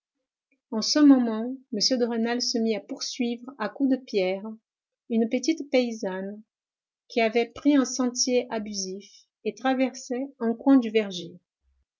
en ce moment m de rênal se mit à poursuivre à coups de pierres une petite paysanne qui avait pris un sentier abusif et traversait un coin du verger